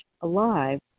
alive